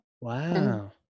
Wow